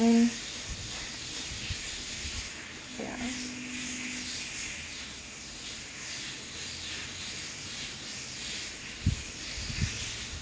ya